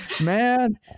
man